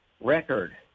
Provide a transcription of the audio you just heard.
record